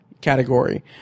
category